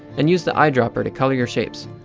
and use the eye dropper to color your shapes.